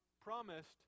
promised